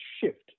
shift